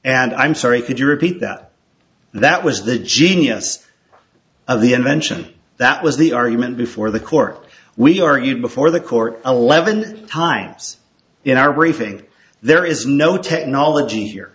and i'm sorry could you repeat that that was the genius of the invention that was the argument before the court we argued before the court eleven times in our briefing there is no technology here